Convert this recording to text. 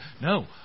No